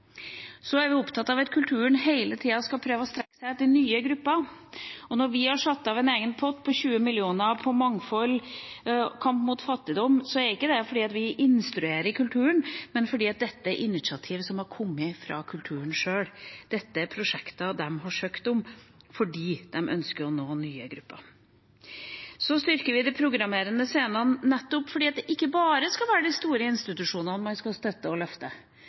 Så er vi opptatt av at kulturen hele tida skal prøve å strekke seg etter nye grupper. Når vi har satt av en egen pott på 20 mill. kr til mangfold og kamp mot fattigdom, er det ikke fordi vi instruerer kulturen, men fordi dette er initiativ som har kommet fra kulturen sjøl. Dette er prosjekter de har søkt om, fordi de ønsker å nå nye grupper. Vi styrker de programmerende scenene, nettopp fordi det ikke bare skal være de store institusjonene man skal støtte og løfte.